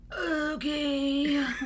Okay